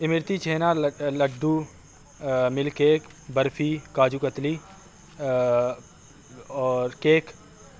imarti chhena laddoo milk cake barfi kaju katli اور cake